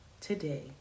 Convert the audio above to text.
today